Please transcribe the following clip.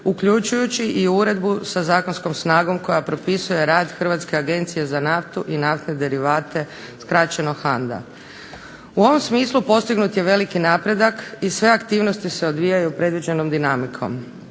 uključujući i uredbu sa zakonskom snagom koja propisuje rad Hrvatske agencije za naftu i naftne derivate, skraćeno HANDA. U ovom smislu postignut je veliki napredak i sve aktivnosti se odvijaju predviđenom dinamikom.